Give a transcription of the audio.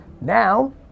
Now